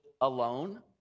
alone